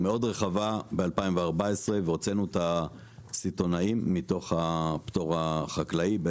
מאוד רחבה ב-2014 והוצאנו את הסיטונאים מהפטור החקלאי,